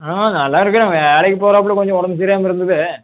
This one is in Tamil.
ஆ நல்லா இருக்கிறாங்க வேலைக்கு போகிறாப்புல கொஞ்சம் உடம்பு சரியில்லாம இருந்தது